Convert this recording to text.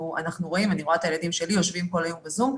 אני רואה את ילדיי יושבים כל היום בזום.